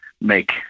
make